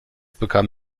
bekam